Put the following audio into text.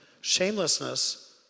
Shamelessness